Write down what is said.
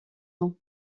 ans